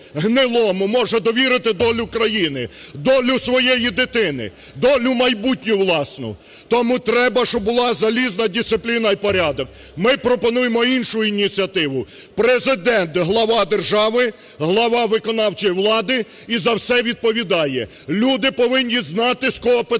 гнилому може довірити долю країни, долю своєї дитини, долю майбутню власну? Тому треба, щоб була залізна дисципліна і порядок. Ми пропонуємо іншу ініціативу. Президент – глава держави, глава виконавчої влади і за все відповідає. Люди повинні знати з кого питати